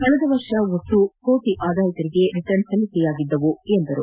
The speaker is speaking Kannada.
ಕಳೆದ ವರ್ಷ ಒಟ್ಟು ಕೋಟ ಆದಾಯ ತೆರಿಗೆ ರಿಟರ್ನ್ಸ್ ಸಲ್ಲಿಕೆಯಾಗಿದ್ದವು ಎಂದರು